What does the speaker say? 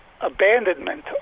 abandonment